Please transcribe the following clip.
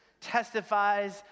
testifies